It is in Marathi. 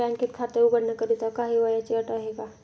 बँकेत खाते उघडण्याकरिता काही वयाची अट आहे का?